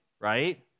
right